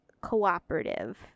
cooperative